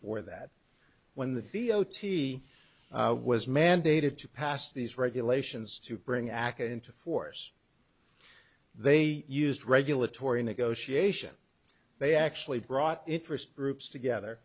for that when the d o t was mandated to pass these regulations to bring aca into force they used regulatory negotiation they actually brought interest groups together